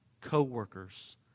co-workers